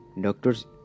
doctors